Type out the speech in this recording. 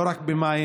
לא רק במים,